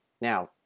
Now